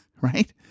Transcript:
right